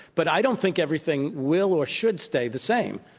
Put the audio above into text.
but i don't think everything will or should stay the same.